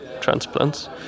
transplants